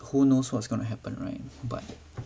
who knows what's going to happen right but